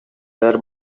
даяр